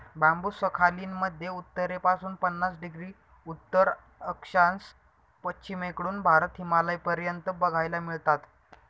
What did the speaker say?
बांबु Sakhalin मध्ये उत्तरेपासून पन्नास डिग्री उत्तर अक्षांश, पश्चिमेकडून भारत, हिमालयापर्यंत बघायला मिळतात